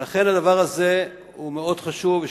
לכן הדבר הזה הוא מאוד חשוב.